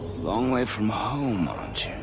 long way from home, aren't you?